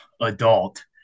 adult